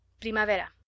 Primavera